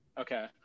okay